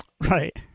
Right